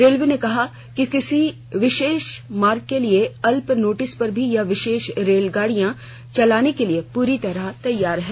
railway ने कहा है कि किसी विशेष मार्ग के लिए अल्प नोटिस पर भी वह विशेष रेलगाड़ियां चलाने के लिए पूरी तरह तैयार है